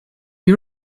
you